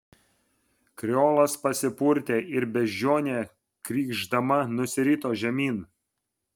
kreolas pasipurtė ir beždžionė krykšdama nusirito žemyn